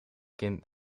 kind